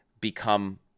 become